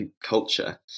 culture